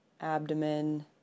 abdomen